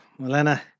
Mulana